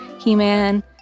He-Man